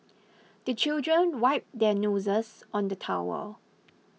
the children wipe their noses on the towel